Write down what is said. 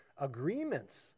agreements